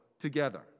together